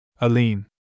Aline